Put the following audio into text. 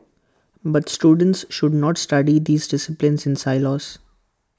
but students should not study these disciplines in silos